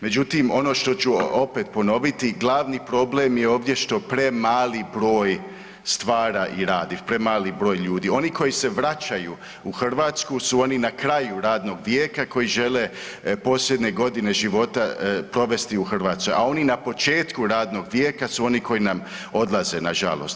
Međutim, ono što ću opet ponoviti, glavni problem je ovdje što premali broj stvara i radi, premali broj ljudi, oni koji se vraćaju u Hrvatsku su oni na kraju radnog vijeka koji žele posljednje godine života provesti u Hrvatskoj, a oni na početku radnog vijeka su oni koji nam odlaze, nažalost.